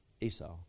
Esau